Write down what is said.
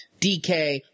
DK